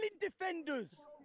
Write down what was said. defenders